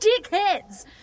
dickheads